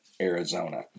Arizona